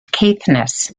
caithness